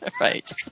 Right